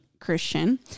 Christian